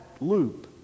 loop